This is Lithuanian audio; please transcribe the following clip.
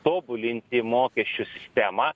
tobulinti mokesčių sistemą